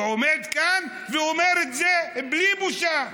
ועומד כאן ואומר את זה בלי בושה.